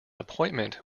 appointment